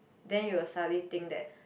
then you will suddenly think that